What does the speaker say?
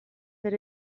that